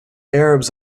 arabs